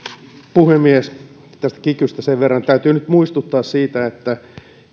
puhemies tästä kikystä sen verran että täytyy nyt muistuttaa siitä että